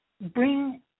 bring